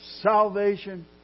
salvation